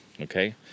okay